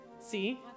See